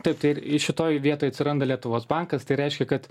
taip tai ir šitoj vietoj atsiranda lietuvos bankas tai reiškia kad